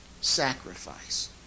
sacrifice